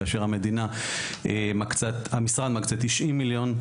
כאשר המשרד מקצה 90 מיליון,